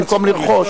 במקום לרכוש,